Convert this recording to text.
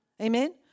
Amen